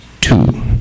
Two